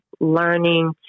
learning